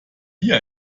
hier